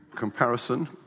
comparison